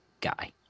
guy